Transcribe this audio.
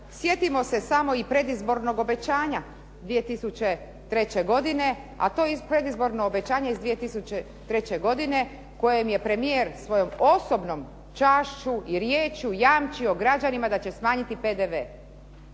Sjetimo se samo i predizbornog obećanja 2003. godine, a to predizborno obećanje iz 2003. godine kojim je premijer svojom osobnom čašću i riječju jamčio građanima da će smanjiti PDV.